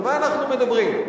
על מה אנחנו מדברים?